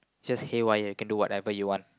just haywire can do whatever you want